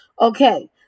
Okay